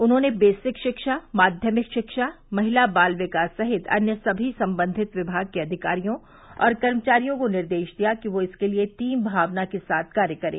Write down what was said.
उन्होंने बेसिक शिक्षा माध्यमिक शिक्षा महिला बाल विकास सहित अन्य सभी सम्बन्धित विभाग के अधिकारियों और कर्मचारियों को निर्देश दिया कि वह इसके लिये टीम भावना के साथ कार्य करें